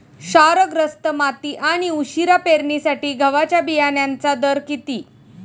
क्षारग्रस्त माती आणि उशिरा पेरणीसाठी गव्हाच्या बियाण्यांचा दर किती?